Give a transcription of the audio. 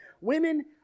Women